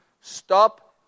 stop